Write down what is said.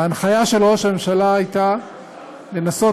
וההנחיה של ראש הממשלה הייתה לנסות